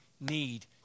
need